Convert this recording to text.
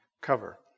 cover